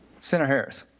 senator harris.